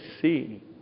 see